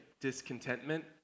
discontentment